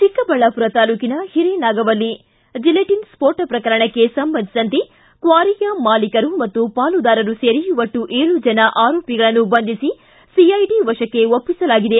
ಚಿಕ್ಕಬಳ್ಳಾಪುರ ತಾಲೂಕಿನ ಹಿರೇನಾಗವಲ್ಲಿ ಜಿಲೆಟನ್ ಸ್ಕೋಟ ಪ್ರಕರಣಕ್ಕೆ ಸಂಬಂಧಿಸಿದಂತೆ ಕ್ವಾರಿಯ ಮಾಲೀಕರು ಮತ್ತು ಪಾಲುದಾರರು ಸೇರಿ ಒಟ್ಟು ಏಳು ಜನ ಆರೋಪಿಗಳನ್ನು ಬಂಧಿಸಿ ಸಿಐಡಿ ವಶಕ್ಕೆ ಒಪ್ಪಿಸಲಾಗಿದೆ